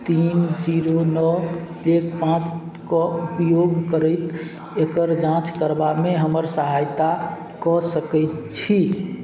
तीन जीरो नओ एक पाँचके उपयोग करैत एकर जाँच करबामे हमर सहायता कऽ सकैत छी